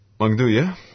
Mangduya